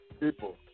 people